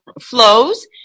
flows